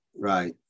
right